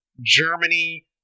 Germany